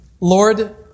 Lord